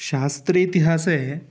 शास्त्रेतिहासे